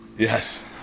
Yes